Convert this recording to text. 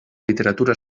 literatura